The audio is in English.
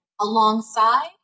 alongside